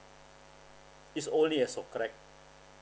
it's only esso correct